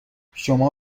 شما